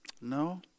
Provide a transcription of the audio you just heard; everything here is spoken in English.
no